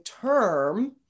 term